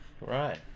Right